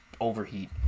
overheat